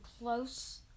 close